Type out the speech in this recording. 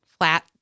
flat